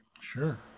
Sure